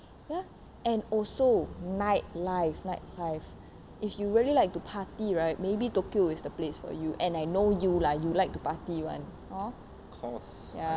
ya and also nightlife nightlife if you really like to party right maybe tokyo is the place for you and I know you lah you would like to party [one] ya